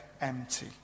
empty